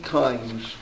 times